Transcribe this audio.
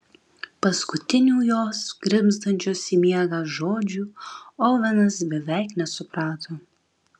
paskutinių jos grimztančios į miegą žodžių ovenas beveik nesuprato